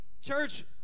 Church